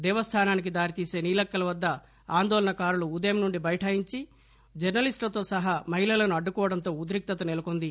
దేవస్థానానికి దారితీసే నీలక్కల్ వద్ద ఆందోళనకారులు ఉదయం నుండి బైఠాయించి జర్స లిస్టులతో సహా మహిళలను అడ్డుకోవడంతో ఉద్రిక్తత నెలకొంది